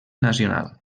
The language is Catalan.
nacional